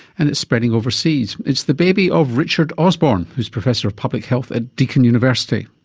and it's spreading overseas. it's the baby of richard osborne who's professor of public health at deakin university.